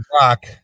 rock